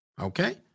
Okay